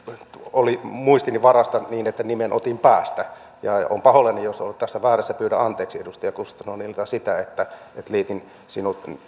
oli muistini varassa niin että nimen otin päästä olen pahoillani jos olen ollut tässä väärässä ja pyydän anteeksi edustaja gustafssonilta sitä että liitin sinut